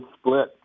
split